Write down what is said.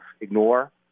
ignore